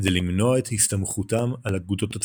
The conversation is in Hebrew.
כדי למנוע את הסתמכותם על אגודות הצדקה.